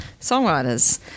songwriters